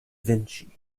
vinci